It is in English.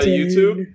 YouTube